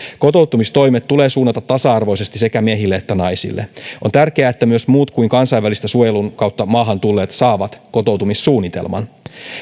kotoutumistoimet tulee suunnata tasa arvoisesti sekä miehille että naisille on tärkeää että myös muut kuin kansainvälisen suojelun kautta maahan tulleet saavat kotoutumissuunnitelman